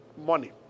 Money